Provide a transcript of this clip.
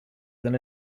than